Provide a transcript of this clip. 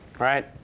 right